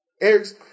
Eric's